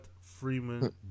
Freeman